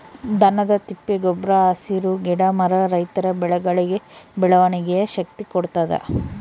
ದನದ ತಿಪ್ಪೆ ಗೊಬ್ರ ಹಸಿರು ಗಿಡ ಮರ ರೈತರ ಬೆಳೆಗಳಿಗೆ ಬೆಳವಣಿಗೆಯ ಶಕ್ತಿ ಕೊಡ್ತಾದ